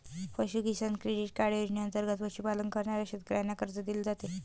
पशु किसान credit card योजनेंतर्गत पशुपालन करणाऱ्या शेतकऱ्यांना कर्ज दिले जाते